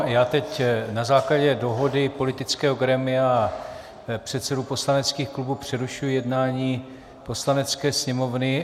Já teď na základě dohody politického grémia a předsedů poslaneckých klubů přerušuji jednání Poslanecké sněmovny.